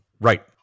Right